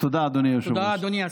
תודה, אדוני היושב-ראש.